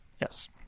Yes